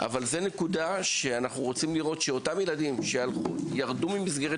אבל זה נקודה שאנחנו רוצים לראות שאותם ילדים שירדו ממסגרת